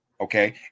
Okay